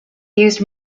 used